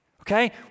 Okay